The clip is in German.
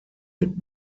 mit